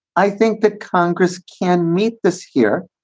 i think the congress can meet this here.